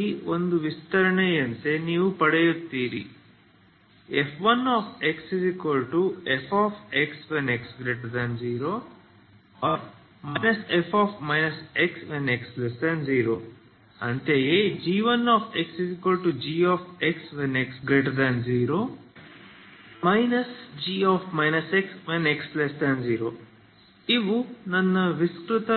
uxt ಒಂದು ವಿಸ್ತರಣೆಯಂತೆಯೇ ನೀವು ಪಡೆಯುತ್ತೀರಿ f1xfx x0 f x x0 ಅಂತೆಯೇ g1x gx x0 g x x0 ಇವು ನನ್ನ ವಿಸ್ತೃತ